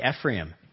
Ephraim